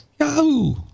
Yahoo